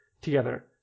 together